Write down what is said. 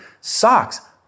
socks